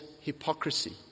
hypocrisy